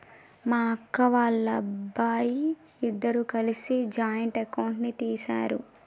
మా అక్క, వాళ్ళబ్బాయి ఇద్దరూ కలిసి జాయింట్ అకౌంట్ ని తీశారు